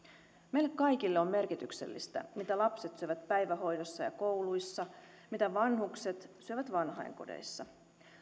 meille kaikille on merkityksellistä mitä lapset syövät päivähoidossa ja kouluissa mitä vanhukset syövät vanhainkodeissa